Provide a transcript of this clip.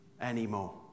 anymore